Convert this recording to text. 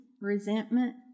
resentment